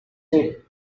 day